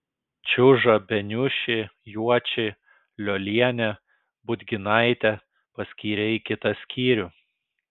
čiužą beniušį juočį liolienę budginaitę paskyrė į kitą skyrių